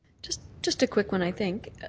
just just a quick one, i think.